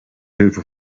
hilfe